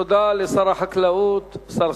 תודה לשר החקלאות, השר